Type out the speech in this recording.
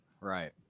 right